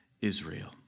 Israel